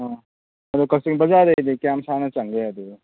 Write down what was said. ꯑꯥ ꯑꯗꯨ ꯀꯛꯆꯤꯡ ꯕꯥꯖꯥꯔꯗꯩꯗꯤ ꯀꯌꯥꯝ ꯁꯥꯡꯅ ꯆꯪꯒꯦ ꯑꯗꯨꯗꯣ